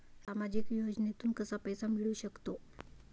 सामाजिक योजनेतून कसा पैसा मिळू सकतो?